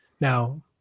Now